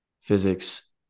physics